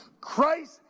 Christ